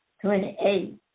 twenty-eight